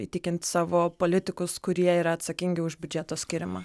įtikinti savo politikus kurie yra atsakingi už biudžeto skyrimą